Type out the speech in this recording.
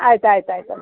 ಆಯ್ತು ಆಯ್ತು ಆಯಿತಮ್ಮ